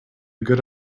good